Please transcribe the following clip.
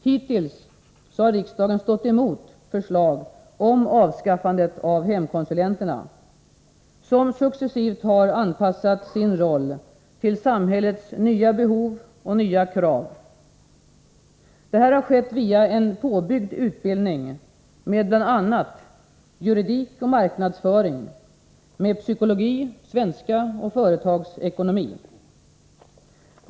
Hittills har riksdagen stått emot förslag om avskaffande av hemkonsulenterna, som successivt anpassat sin roll till samhällets nya behov och nya krav. Detta har skett via en påbyggd utbildning med bl.a. juridik och marknadsföring, med psykologi, svenska och företagsekonomi.